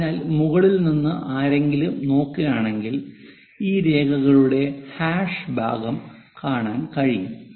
അതിനാൽ മുകളിൽ നിന്ന് ആരെങ്കിലും നോക്കുകയാണെങ്കിൽ ഈ രേഖകളുടെ ഹാഷ് ഭാഗം കാണാൻ കഴിയും